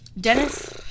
Dennis